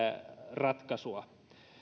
ratkaisua